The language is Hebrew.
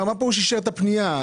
מה פירוש אישר את הפנייה.